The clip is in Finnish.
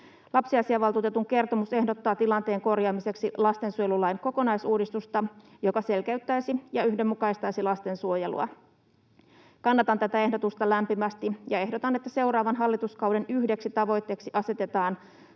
Lapsiasiainvaltuutetun kertomus ehdottaa tilanteen korjaamiseksi lastensuojelulain kokonaisuudistusta, joka selkeyttäisi ja yhdenmukaistaisi lastensuojelua. Kannatan tätä ehdotusta lämpimästi ja ehdotan, että seuraavan hallituskauden yhdeksi tavoitteeksi asetetaan lastensuojelulain